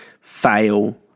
fail